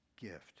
gift